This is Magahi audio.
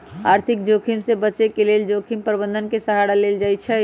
आर्थिक जोखिम से बचे के लेल जोखिम प्रबंधन के सहारा लेल जाइ छइ